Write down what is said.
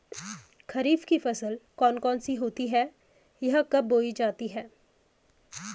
खरीफ की फसल कौन कौन सी होती हैं यह कब बोई जाती हैं?